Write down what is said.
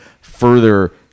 further